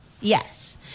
Yes